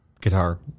guitar